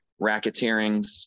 racketeerings